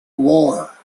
war